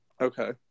Okay